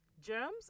Germs